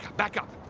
back up,